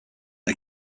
are